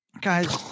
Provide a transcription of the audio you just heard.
guys